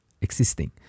existing